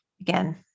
Again